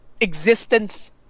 existence